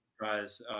guys